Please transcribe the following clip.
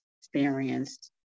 experienced